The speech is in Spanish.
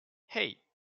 hey